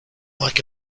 like